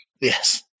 Yes